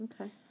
Okay